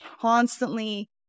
constantly